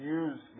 use